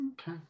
Okay